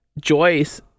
Joyce